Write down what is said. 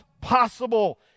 possible